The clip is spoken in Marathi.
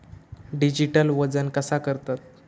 डिजिटल वजन कसा करतत?